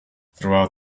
throughout